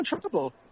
trouble